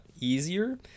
easier